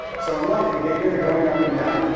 so in life, we get good at going up and down.